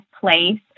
place